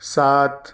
ساتھ